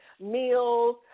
meals